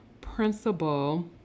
principal